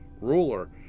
ruler